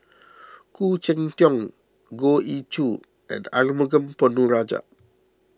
Khoo Cheng Tiong Goh Ee Choo and Arumugam Ponnu Rajah